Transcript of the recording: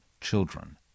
children